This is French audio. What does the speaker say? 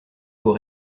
vos